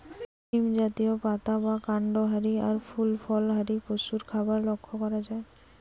সীম জাতীয়, পাতা বা কান্ড হারি আর ফুল ফল হারি পশুর খাবার লক্ষ করা যায়